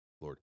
Lord